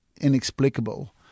inexplicable